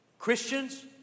Christians